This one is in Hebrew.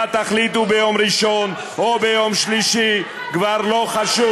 מה תחליטו ביום ראשון או ביום שלישי כבר לא חשוב.